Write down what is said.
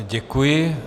Děkuji.